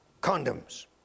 condoms